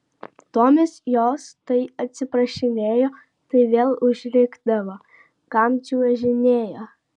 tomis jos tai atsiprašinėjo tai vėl užrikdavo kam čiuožinėjo